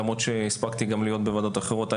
למרות שהספקתי להיות גם בוועדות אחרות.